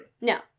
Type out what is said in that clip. No